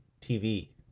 TV